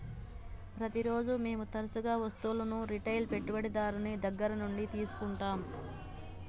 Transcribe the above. ప్రతిరోజు మేము తరచుగా వస్తువులను రిటైల్ పెట్టుబడిదారుని దగ్గర నుండి తీసుకుంటాం